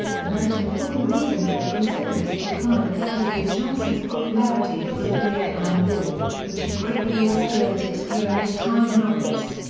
the most important reason for the precipitous decline of president johnson's popularity was the vietnam war, which he greatly escalated during his time in office.